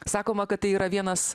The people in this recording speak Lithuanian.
sakoma kad tai yra vienas